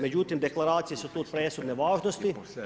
Međutim, deklaracije su tu od presudne važnosti.